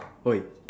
Wei